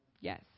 Yes